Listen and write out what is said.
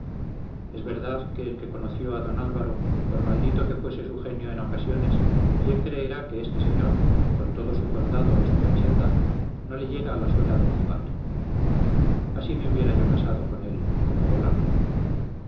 es verdad que el que conoció a don álvaro por maldito que fuese su genio en ocasiones bien creerá que este señor con todo su condado y su fachenda no le llega a la suela del zapato así me hubiera yo casado con él como volar